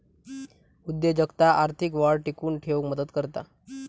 उद्योजकता आर्थिक वाढ टिकवून ठेउक मदत करता